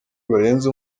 barenze